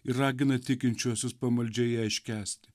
ir ragina tikinčiuosius pamaldžioje iškęsti